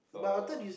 for